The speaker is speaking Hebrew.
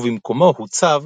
ובמקומו הוצב